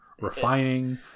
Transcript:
refining